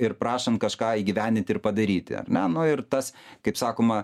ir prašant kažką įgyvendinti ir padaryti ar ne nu ir tas kaip sakoma